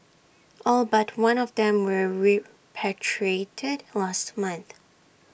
all but one of them were repatriated last month